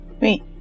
Wait